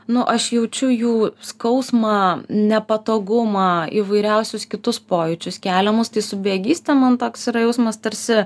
nu aš jaučiu jų skausmą nepatogumą įvairiausius kitus pojūčius keliamus tai su bejėgyste man toks yra jausmas tarsi